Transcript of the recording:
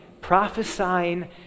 prophesying